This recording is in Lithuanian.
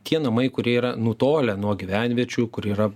tie namai kurie yra nutolę nuo gyvenviečių kur yra